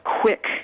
quick